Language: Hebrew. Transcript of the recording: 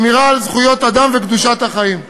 שמירה על זכויות אדם וקדושת החיים.